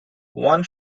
one